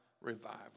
revival